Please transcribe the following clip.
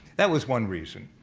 that was one reason.